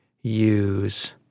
use